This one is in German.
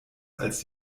als